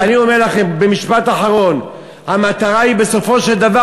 ואני אומר לכם במשפט אחרון: המטרה היא בסופו של דבר